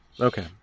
Okay